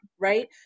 right